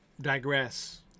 digress